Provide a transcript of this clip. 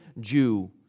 Jew